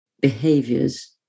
behaviors